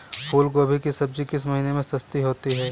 फूल गोभी की सब्जी किस महीने में सस्ती होती है?